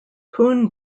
pune